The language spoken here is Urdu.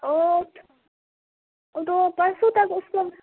او تھ او تو پرسو تک اس کو